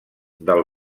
del